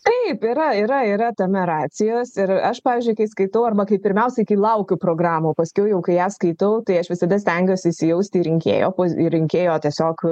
taip yra yra yra tame racijos ir aš pavyzdžiui kai skaitau arba kai pirmiausiai kai laukiu programų o paskiau kai ją skaitau tai aš visada stengiuosi įsijausti į rinkėjo į rinkėjo tiesiog